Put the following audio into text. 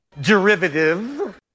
derivative